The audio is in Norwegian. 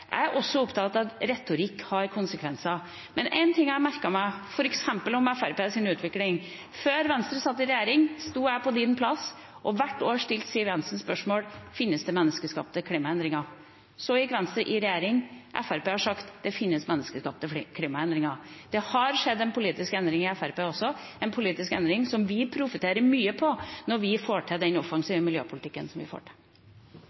Jeg er også opptatt av at retorikk har konsekvenser, men én ting jeg har merket meg, f.eks. om Fremskrittspartiets utvikling, er at før Venstre satt i regjering, sto jeg på representantens plass og stilte hvert år Siv Jensen spørsmålet: Finnes det menneskeskapte klimaendringer? Så gikk Venstre i regjering, og Fremskrittspartiet har sagt at det finnes menneskeskapte klimaendringer. Det har skjedd en politisk endring i Fremskrittspartiet også, en politisk endring som vi profiterer mye på når vi får til den offensive miljøpolitikken som vi får til.